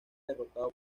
derrotado